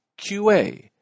QA